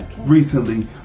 recently